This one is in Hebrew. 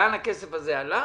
לאן הכסף הזה הלך?